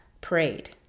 prayed